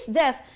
death